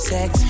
Sex